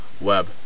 web